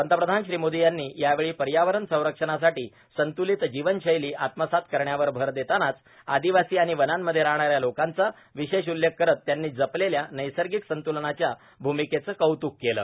पंतप्रधान श्री मोदी यांनी यावेळी पर्यावरण संरक्षणासाठी संतुलित जीवनशैली आत्मसात करण्यावर भर देतानाच आदिवासी आणि वनांमध्ये राहणाऱ्या लोकांचा विशेष उल्लेख करत त्यांनी जपलेल्या नैसर्गिक संत्रलनाच्या भूमिकेचं कौतूक केलं